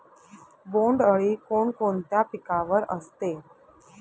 बोंडअळी कोणकोणत्या पिकावर असते?